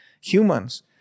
humans